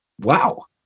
wow